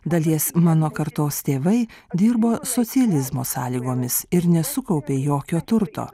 dalies mano kartos tėvai dirbo socializmo sąlygomis ir nesukaupė jokio turto